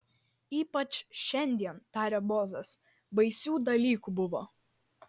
ypač šiandien tarė bozas baisių dalykų buvo